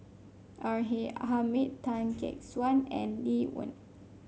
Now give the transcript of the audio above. R A Hamid Tan Gek Suan and Lee Wen